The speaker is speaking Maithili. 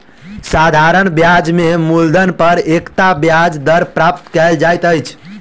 साधारण ब्याज में मूलधन पर एकता ब्याज दर प्राप्त कयल जाइत अछि